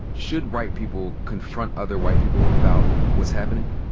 should white people confront other white people about what's happening?